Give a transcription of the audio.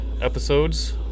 episodes